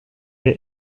est